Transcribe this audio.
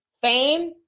fame